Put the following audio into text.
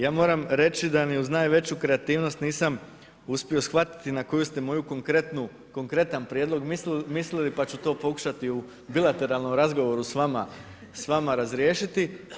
Ja moram reći da ni uz najveću kreativnost nisam uspio shvatiti na koju ste moj konkretan prijedlog mislili pa ću to pokušati u bilateralnom razgovoru s vama razriješiti.